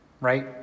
right